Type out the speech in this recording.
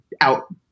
out